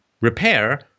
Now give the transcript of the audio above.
repair